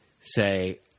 say